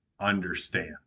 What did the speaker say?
understand